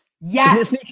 Yes